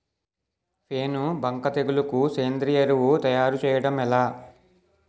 పేను బంక తెగులుకు సేంద్రీయ ఎరువు తయారు చేయడం ఎలా?